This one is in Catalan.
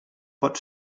pot